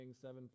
seven